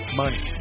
money